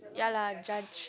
ya lah judge